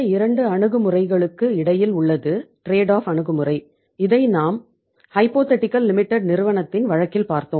இறுதியாக நாம் ட்ரேட் ஆஃப்ஐ நிறுவனத்தின் வழக்கில் பார்த்தோம்